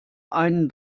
einen